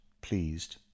pleased